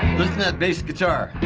that bass guitar.